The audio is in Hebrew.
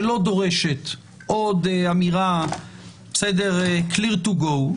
שלא דורשת עוד אמירה clear to go,